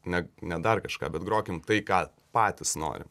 ne ne dar kažką bet grokim tai ką patys norim